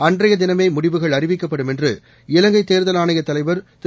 அன்றைய தினமே முடிவுகள் அறிவிக்கப்படும் என்று இலங்கை தேர்தல் ஆணைய தலைவர் திரு